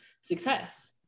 success